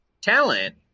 talent